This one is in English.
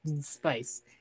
spice